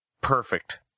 perfect